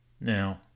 Now